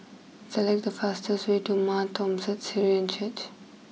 select the fastest way to Mar Thoma Syrian Church